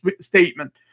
statement